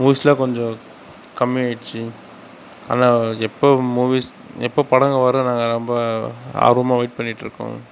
மூவீஸ்லாம் கொஞ்சம் கம்மியாச்சு ஆனால் எப்போது மூவிஸ் எப்போது படம் வரும் நாங்கள் ஆர்வமாக வெயிட் பண்ணிகிட்டுருக்கோம்